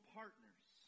partners